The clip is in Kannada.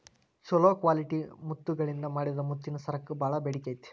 ಚೊಲೋ ಕ್ವಾಲಿಟಿ ಮುತ್ತಗಳಿಂದ ಮಾಡಿದ ಮುತ್ತಿನ ಸರಕ್ಕ ಬಾಳ ಬೇಡಿಕೆ ಐತಿ